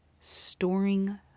storing